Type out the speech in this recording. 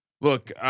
Look